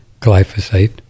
glyphosate